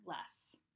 less